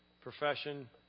profession